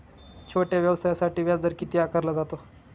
छोट्या व्यवसायासाठी व्याजदर किती आकारला जातो?